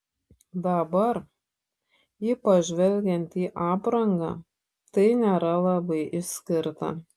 dabar ypač žvelgiant į aprangą tai nėra labai išskirta